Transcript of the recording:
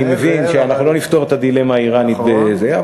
אני מבין שאנחנו לא נפתור את הדילמה האיראנית בזה,